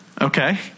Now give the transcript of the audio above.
Okay